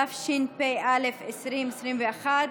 התשפ"א 2021,